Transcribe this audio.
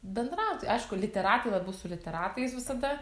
bendrauti aišku literatai labiau su literatais visada